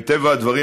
מטבע הדברים,